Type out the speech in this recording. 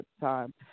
time